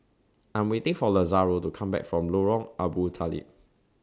I'm waiting For Lazaro to Come Back from Lorong Abu Talib